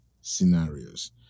scenarios